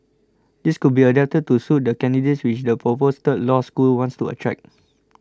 these could be adapted to suit the candidates which the proposed third law school wants to attract